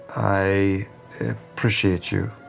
i appreciate you.